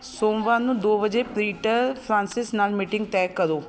ਸੋਮਵਾਰ ਨੂੰ ਦੋ ਵਜੇ ਪੀਟਰ ਫ੍ਰਾਂਸਿਸ ਨਾਲ ਮੀਟਿੰਗ ਤੈਅ ਕਰੋ